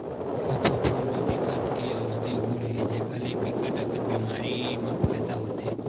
खोखमा फूल म बिकट के अउसधी गुन हे जेखर ले बिकट अकन बेमारी म फायदा होथे